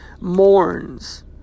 mourns